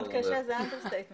מאוד קשה זה אנדרסטייטמנט.